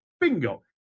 Bingo